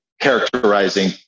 characterizing